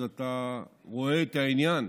אתה רואה את העניין,